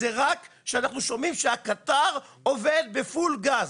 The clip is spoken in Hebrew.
זה רק שאנחנו שומעים שהקטר עובד בפול גז,